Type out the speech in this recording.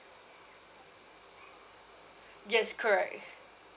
yes correct